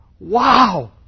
Wow